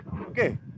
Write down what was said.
Okay